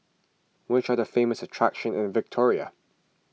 which are the famous attractions in Victoria